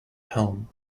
home